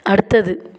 அடுத்தது